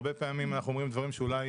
הרבה פעמים אנחנו אומרים דברים שאולי